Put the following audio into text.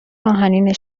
آهنین